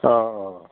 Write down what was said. অ' অ'